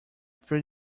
three